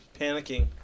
panicking